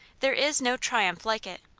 there is no triumph like it,